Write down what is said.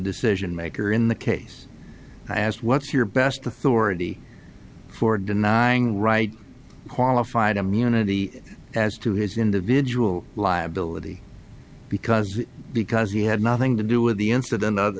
decision maker in the case i asked what's your best authority for denying right qualified immunity as to his individual liability because because he had nothing to do with the incident the